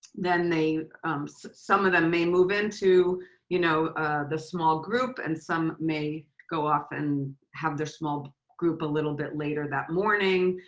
then some of them may move into you know the small group and some may go off and have their small group a little bit later that morning.